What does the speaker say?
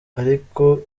ariko